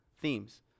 themes